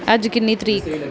ਅੱਜ ਕਿੰਨੀ ਤਾਰੀਖ਼